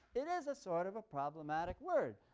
it is a sort of a problematic word.